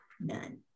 none